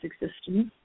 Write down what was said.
existence